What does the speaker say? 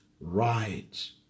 right